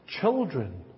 Children